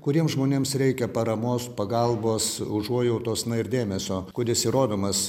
kuriems žmonėms reikia paramos pagalbos užuojautos ir dėmesio kuris ir rodomas